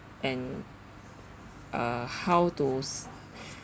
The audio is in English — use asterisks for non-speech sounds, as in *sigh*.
and uh how to s~ *breath*